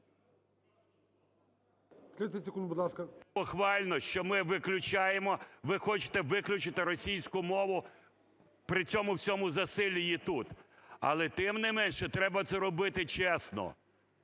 Похвально, що ми виключаємо, ви хочете виключити російську мову при цьому всьому засиллі її тут, але, тим не менше, треба це робити чесно,